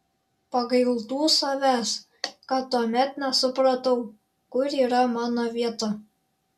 pagailtų savęs kad tuomet nesupratau kur yra mano vieta